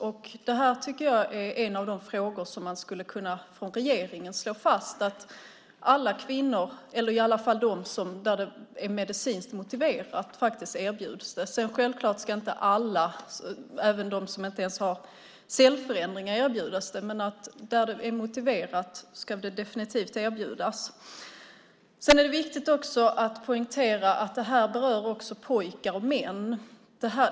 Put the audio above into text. Jag tycker att man från regeringen skulle kunna slå fast att det ska erbjudas de kvinnor för vilka det är medicinskt motiverat. Självklart ska inte alla, inte de som inte ens har cellförändringar, erbjudas det. Men där det är motiverat ska det definitivt erbjudas. Det är också viktigt att poängtera att detta även berör pojkar och män.